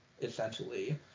essentially